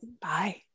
Bye